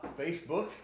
Facebook